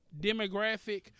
demographic